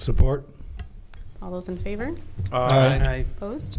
support all those in favor all right i posed